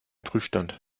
prüfstand